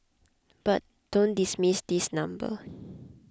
but don't dismiss this number